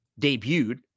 debuted